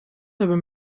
hebben